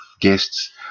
guests